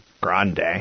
Grande